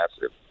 massive